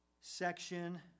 section